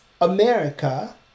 America